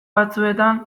batzuetan